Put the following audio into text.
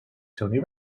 tony